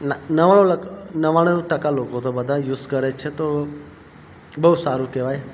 નવ્વાણું ટકા લોકો તો બધા યુસ કરે છે તો બહુ સારું કહેવાય